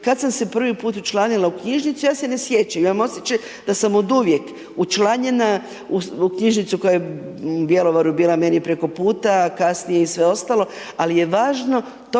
kad sam se prvi put učlanila u knjižnicu, ja se ne sjećam, imam osjećaj da sam oduvijek učlanjena u knjižnicu koja je u Bjelovaru bila meni preko puta, kasnije i sve ostalo, ali je važno tog